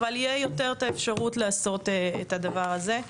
אבל תהיה יותר אפשרות לעשות את הדבר הזה.